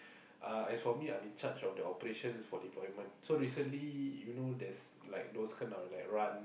uh as for me I'm in charge of the operations for deployment so recently you know there's like those kind of like run